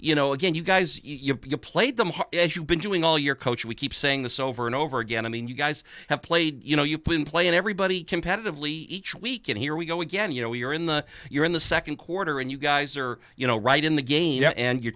you know again you guys you played them as you've been doing all year coach we keep saying this over and over again i mean you guys have played you know you've been playing everybody competitively each week and here we go again you know you're in the you're in the second quarter and you guys are you know right in the game and you're